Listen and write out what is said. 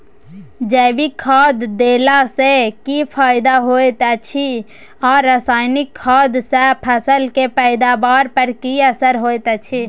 जैविक खाद देला सॅ की फायदा होयत अछि आ रसायनिक खाद सॅ फसल के पैदावार पर की असर होयत अछि?